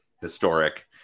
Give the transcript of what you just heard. historic